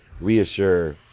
reassure